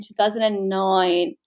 2009